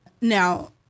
Now